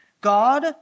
God